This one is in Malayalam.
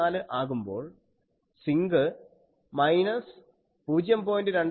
494 ആകുമ്പോൾ Sinc മൈനസ് 0